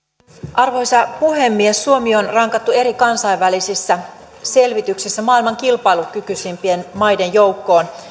arvoisa puhemies suomi on rankattu eri kansainvälisissä selvityksissä maailman kilpailukykyisimpien maiden joukkoon